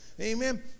Amen